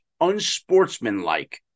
unsportsmanlike